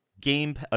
game